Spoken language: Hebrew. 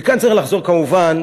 וכאן צריך לחזור כמובן